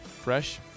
Fresh